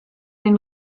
den